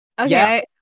okay